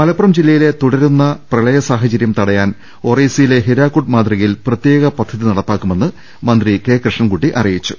മലപ്പുറം ജില്ലയിലെ തുടരുന്ന പ്രളയസാ ഹചര്യം തടയാൻ ഒറീസയിലെ ഹിരാക്കുഡ് മാതൃകയിൽ പ്രത്യേക പദ്ധതി നടപ്പാക്കുമെന്ന് മന്ത്രി കൃഷ്ണൻകുട്ടി അറിയിച്ചു